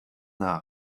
nach